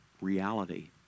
reality